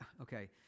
Okay